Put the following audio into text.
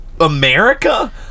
America